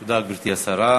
תודה, גברתי השרה.